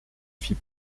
fit